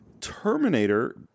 Terminator